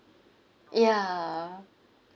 ya